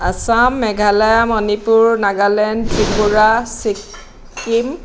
Assam Meghalaya Manipur Nagaland Tripura Sikkim